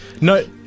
No